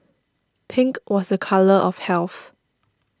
pink was a colour of health